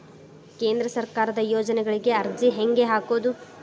ಕೇಂದ್ರ ಸರ್ಕಾರದ ಯೋಜನೆಗಳಿಗೆ ಅರ್ಜಿ ಹೆಂಗೆ ಹಾಕೋದು?